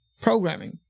programming